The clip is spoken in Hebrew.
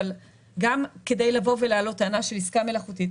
אבל גם כדי להעלות טענה של עסקה מלאכותית,